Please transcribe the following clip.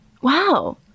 wow